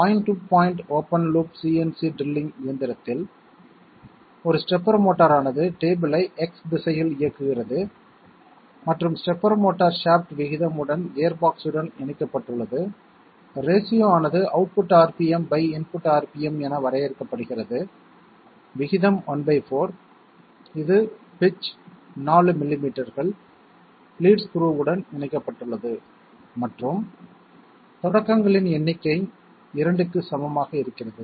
point to point open loop CNC drilling இயந்திரத்தில் ஒரு stepper motor ஆனது டேபிளை X திசையில் இயக்குகிறது மற்றும் ஸ்டெப்பர் மோட்டார் ஷாஃப்ட் விகிதம் உடன் கியர்பாக்ஸுடன் இணைக்கப்பட்டுள்ளது ரேஷியோ ஆனது output RPM by input RPM என வரையறுக்கப்படுகிறது விகிதம் ¼ இது பிட்ச் 4 மில்லிமீட்டர்கள் லீட் ஸ்க்ரூவுடன் இணைக்கப்பட்டுள்ளது மற்றும் தொடக்கங்களின் எண்ணிக்கை 2 க்கு சமமாக இருக்கிறது